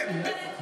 הנתונים לא נכונים,